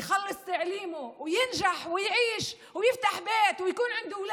לימודיו ומצליח וחי ומקים בית ומשפחה.